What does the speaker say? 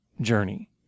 journey